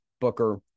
Booker